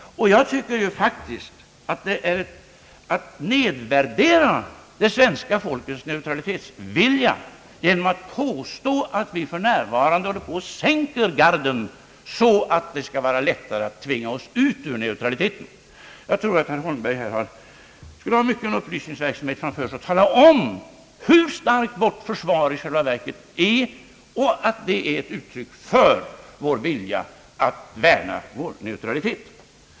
Jag tycker faktiskt att det är att nedvärdera det svenska folkets neutralitetsvilja, om det påstås att vi håller på att sänka garden så att det skall bli lättare att tvinga oss ut ur neutraliteten. Jag tror att herr Holmberg skulle behöva utföra en omfattande upplysningsverksamhet med att tala om hur starkt vårt försvar i själva verket är och understryka att det är ett uttryck för vår vilja att värna vår neutralitet.